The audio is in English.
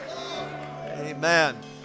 Amen